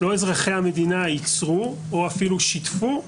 שלא אזרחי המדינה ייצרו או אפילו שיתפו,